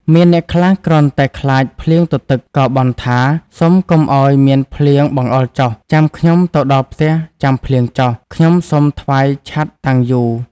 មានអ្នកខ្លះគ្រាន់តែខ្លាចភ្លៀងទទឹក ក៏បន់ថា ៖ សុំកុំឲ្យមានភ្លៀងបង្អុរចុះ ចាំខ្ញុំទៅដល់ផ្ទះចាំភ្លៀងចុះ ខ្ញុំសុំថ្វាយឆត្រ តាំងយូ។